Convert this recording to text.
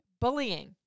bullying